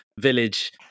village